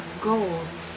goals